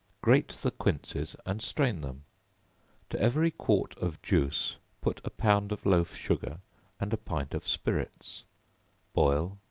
grate the quinces and strain them to every quart of juice, put a pound of loaf-sugar and a pint of spirits boil,